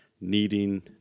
needing